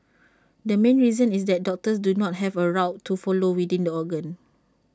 the main reason is that doctors do not have A route to follow within the organ